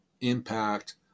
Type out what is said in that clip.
impact